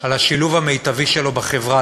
לשילוב המיטבי שלו בחברה.